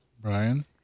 Brian